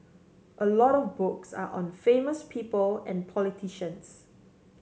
a lot of books are on famous people and politicians